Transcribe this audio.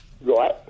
Right